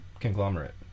conglomerate